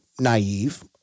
naive